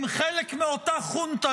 הם חלק מאותה חונטה,